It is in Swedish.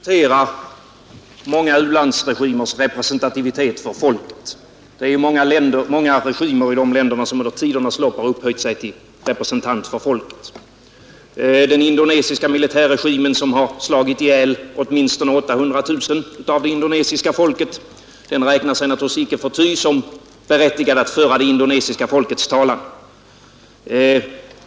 Herr talman! Man kan diskutera många u-landsregimers representativitet för sitt folk. Många regimer i de länderna har under tidernas lopp upphöjt sig till representanter för folket. Den indonesiska militärregimen, som har slagit ihjäl åtminstone 800 000 indonesier, räknar sig icke förty som berättigad att föra det indonesiska folkets talan.